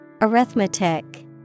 Arithmetic